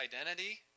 identity